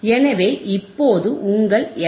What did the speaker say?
எனவே இப்போது உங்கள் எஃப்